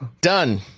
Done